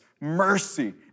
mercy